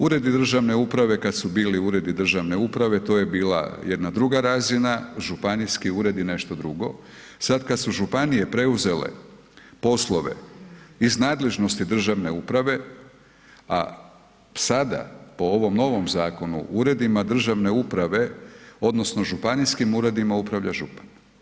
Uredi državne uprave kad su bili uredi državne uprave, to je bila jedna druga razina, županijski ured je nešto drugo, sad kad su županije preuzele poslove iz nadležnosti državne uprave a sada po ovom novim zakonu, uredima državne uprave odnosno županijskim uredima, upravlja župan.